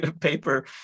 paper